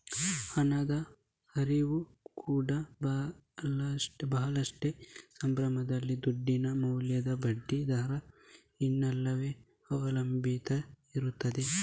ಹಣದ ಹರಿವು ಕೂಡಾ ಭಾಳಷ್ಟು ಸಂದರ್ಭದಲ್ಲಿ ದುಡ್ಡಿನ ಮೌಲ್ಯ, ಬಡ್ಡಿ ದರ ಇವನ್ನೆಲ್ಲ ಅವಲಂಬಿಸಿ ಇರ್ತದೆ